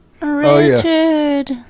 Richard